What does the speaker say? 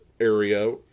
area